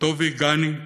טובי גאני,